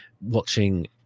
watching